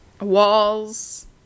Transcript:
walls